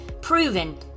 proven